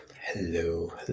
hello